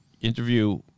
interview